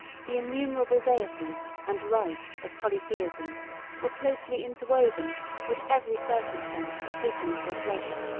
the innumerable deities and rites of polytheism were closely interwoven with every circumstance of business or pleasure,